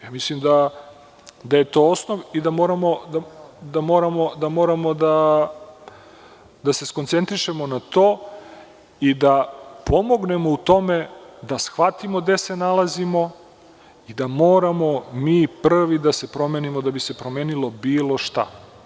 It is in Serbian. Ja mislim da je to osnov i da moramo da se skoncentrišemo na to i da pomognemo u tome, da shvatimo gde se nalazimo i da moramo mi prvi da se promenimo da bi se promenilo bilo šta.